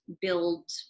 build